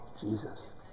Jesus